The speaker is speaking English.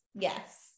Yes